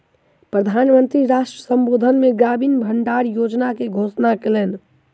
प्रधान मंत्री राष्ट्र संबोधन मे ग्रामीण भण्डार योजना के घोषणा कयलैन